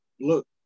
look